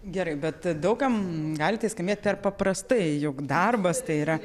gerai bet daug kam gali tai skambėt per paprastai juk darbas tai yra